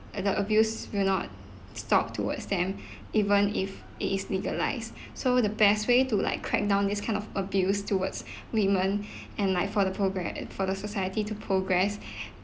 and the abuse will not stop towards them even if it is legalised so the best way to like crack down this kind of abuse towards women and like for the progress for the society to progress